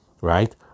right